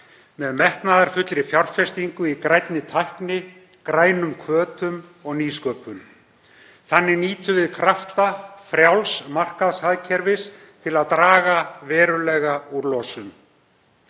Með metnaðarfullri fjárfestingu í grænni tækni, grænum hvötum og nýsköpun. Þannig nýtum við krafta frjáls markaðshagkerfis til að draga verulega úr losun.